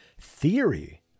Theory